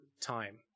time